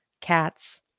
Cats